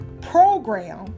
program